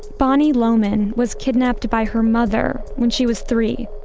bonnie loman was kidnapped by her mother when she was three,